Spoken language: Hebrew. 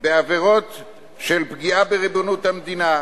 בעבירות של פגיעה בריבונות המדינה,